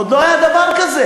עוד לא היה דבר כזה.